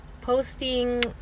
Posting